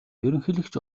ерөнхийлөгч